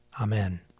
Amen